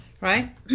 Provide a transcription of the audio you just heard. Right